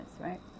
right